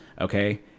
okay